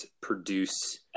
produce